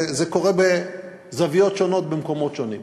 זה קורה בזוויות שונות במקומות שונים.